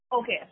Okay